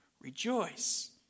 Rejoice